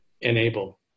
enable